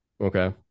Okay